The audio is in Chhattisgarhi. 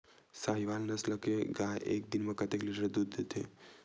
साहीवल नस्ल गाय एक दिन म कतेक लीटर दूध देथे?